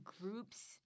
Groups